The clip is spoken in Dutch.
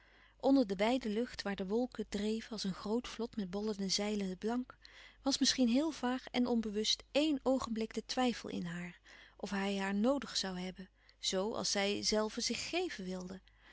onder de wijde lucht waar de wolken dreven als een groote vloot met bollende zeilen blank was misschien heel vaag en onbewust eén oogenblik de twijfel in haar of hij haar noodig zoû hebben zo als zijzelve zich geven wilde